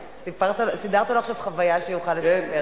סידרת לו עכשיו חוויה שיוכל לספר.